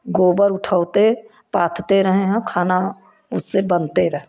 गोबर उठउते पाथते रहें हाँ खाना उससे बनत रहते